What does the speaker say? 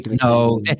No